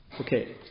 Okay